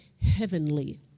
heavenly